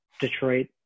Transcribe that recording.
Detroit